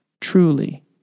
truly